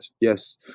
yes